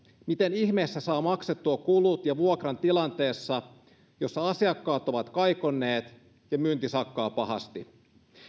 miten ihmeessä saa maksettua kulut ja vuokran tilanteessa jossa asiakkaat ovat kaikonneet ja myynti sakkaa pahasti